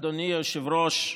אדוני היושב-ראש,